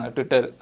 Twitter